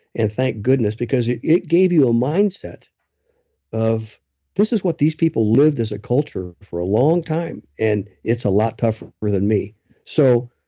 and thank goodness because it it gave you a mindset of this is what these people lived as a culture for a long time, and it's a lot tougher than me so,